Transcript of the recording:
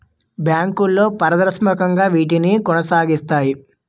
బ్యాంకులు పారదర్శకంగా వీటిని కొనసాగిస్తాయి